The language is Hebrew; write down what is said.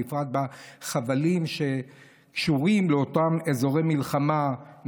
בפרט בחבלים שקשורים לאותם אזורי מלחמה,